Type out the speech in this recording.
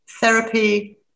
therapy